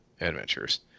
adventures